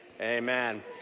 Amen